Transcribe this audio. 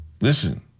Listen